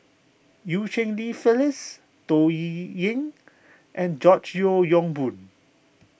Eu Cheng Li Phyllis Toh Li ying and George Yeo Yong Boon